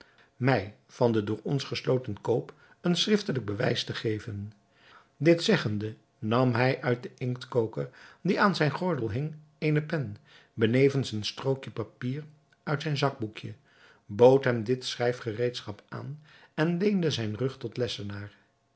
mij van den door ons gesloten koop een schriftelijk bewijs te geven dit zeggende nam hij uit den inktkoker die aan zijn gordel hing eene pen benevens een strookje papier uit zijn zakboekje bood hem dit schrijfgereedschap aan en leende zijn rug tot lessenaar